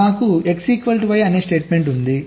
నాకు XY అనే statement ఉంది